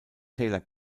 taylor